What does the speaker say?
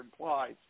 implies